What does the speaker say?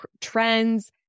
trends